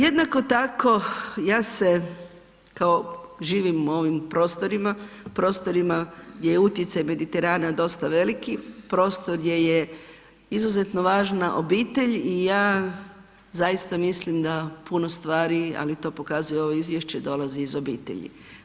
Jednako tako ja se kao živim u ovim prostorima gdje je utjecaj Mediterana dosta veliki, prostor gdje je izuzetno važna obitelj i ja zaista mislim da puno stvari, ali to pokazuje i ovo izvješće, dolazi iz obitelji.